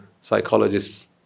psychologists